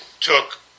took